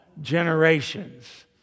generations